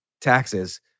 taxes